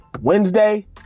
Wednesday